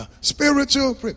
Spiritual